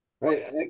Right